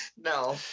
no